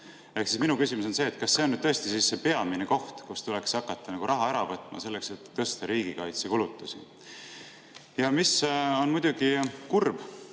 minu küsimus on see, kas see on tõesti see peamine koht, kust tuleks hakata raha ära võtma, selleks et tõsta riigikaitsekulutusi. Ja mis on muidugi kurb,